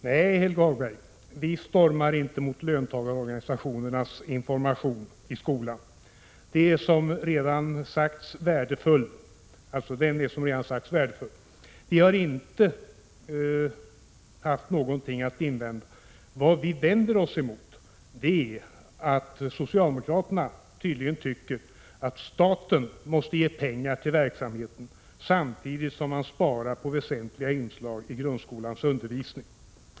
Herr talman! Nej, Helge Hagberg, vi stormar inte mot löntagarorganisationernas information i skolan. Den är, som redan sagts, värdefull. Vi har inte haft någonting att invända mot den. Vad vi vänder oss emot är att socialdemokraterna tydligen tycker att staten måste ge pengar till verksamheten, samtidigt som man sparar på väsentliga inslag i grundskolans undervisning.